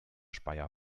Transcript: speyer